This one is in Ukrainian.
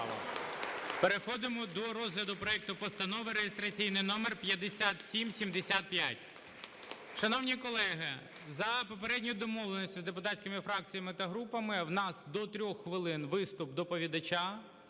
Переходимо до розгляду проекту Постанови (реєстраційний номер 5775). Шановні колеги, за попередньою домовленістю з депутатськими фракціями та групами у нас до 3 хвилин – виступ доповідача,